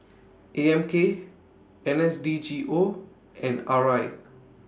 A M K N S D G O and R I